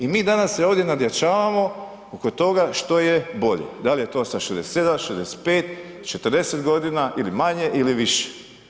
I mi danas se ovdje nadjačavamo oko toga što je bolje, da li je to sa 67, 65,sa 40 g. ili manje ili više.